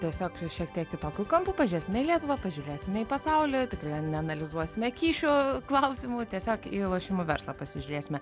tiesiog šiek tiek kitokiu kampu pažiūrėsime į lietuvą pažiūrėsime į pasaulį tikrai neanalizuosime kyšio klausimų tiesiog į lošimų verslą pasižiūrėsime